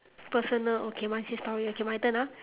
personal okay mine say story okay my turn ah